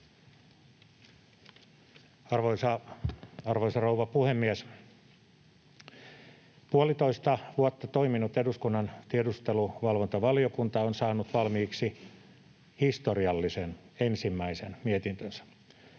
Arvoisa rouva puhemies! Puolitoista vuotta toiminut eduskunnan tiedusteluvalvontavaliokunta on saanut valmiiksi historiallisen ensimmäisen mietintönsä.